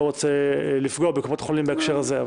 רוצה לפגוע בקופות החולים בהקשר הזה.